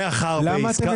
ממש ממש.